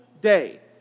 day